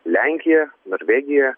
lenkija norvegija